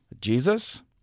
Jesus